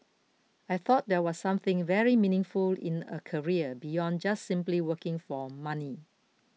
I thought that was something very meaningful in a career beyond just simply working for money